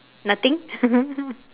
nothing